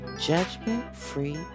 Judgment-Free